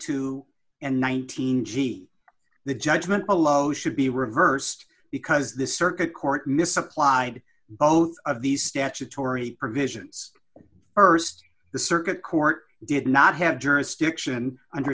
two and nineteen g the judgment below should be reversed because the circuit court misapplied both of these statutory provisions st the circuit court did not have jurisdiction under